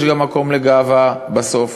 יש גם מקום לגאווה בסוף